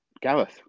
Gareth